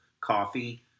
coffee